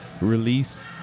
release